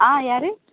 ஆ யார்